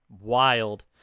Wild